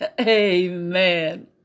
Amen